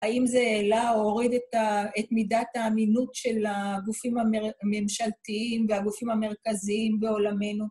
האם זה העלה או הוריד את מידת האמינות של הגופים הממשלתיים והגופים המרכזיים בעולמנו?